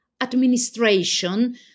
administration